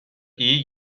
iyi